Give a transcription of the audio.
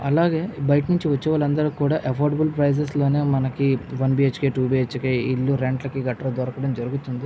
అలాగే బయట నుంచి వచ్చే వాళ్ళందరికీ కూడా ఎఫ్ర్డ్ఏబుల్ ప్రైస్లోనే మనకి వన్ బీఎచ్కే టూ బీఎచ్కె ఇళ్ళు రెంట్లకి గట్రా దొరకడం జరుగుతుంది